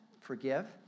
forgive